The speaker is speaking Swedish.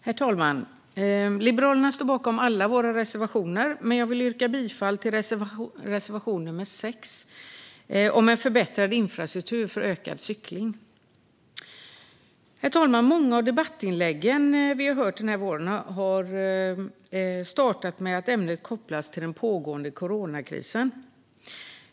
Herr talman! Liberalerna står bakom alla våra reservationer, men jag vill yrka bifall till reservation nr 6 om en förbättrad infrastruktur för ökad cykling. Herr talman! Många av debattinläggen vi har hört denna vår har startat med att ämnet har kopplats till den pågående coronakrisen.